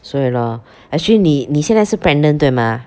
所以 lor actually 你你现在是 pregnant 对吗